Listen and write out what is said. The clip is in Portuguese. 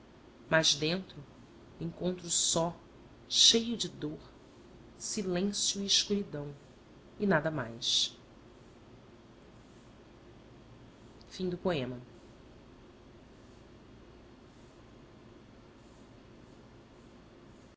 mas dentro encontro só cheio de dor silencio e escuridão e nada mais os